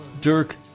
Dirk